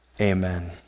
Amen